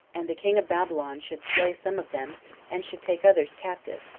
and the king of babylon should slay some of them and, should take others captive,